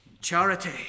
charity